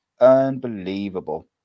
unbelievable